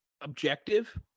objective